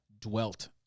dwelt